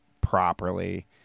properly